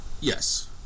yes